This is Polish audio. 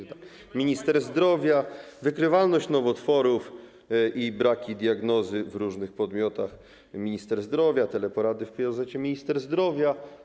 marszałkowskich - minister zdrowia, wykrywalność nowotworów i braki diagnozy w różnych podmiotach - minister zdrowia, teleporady w POZ - minister zdrowia.